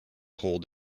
hold